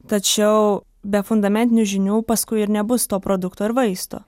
tačiau be fundamentinių žinių paskui ir nebus to produkto ir vaisto